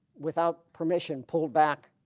without permission pulled back